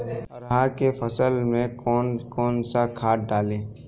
अरहा के फसल में कौन कौनसा खाद डाली?